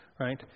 right